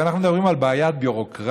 אנחנו מדברים על בעיה ביורוקרטית,